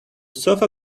sofa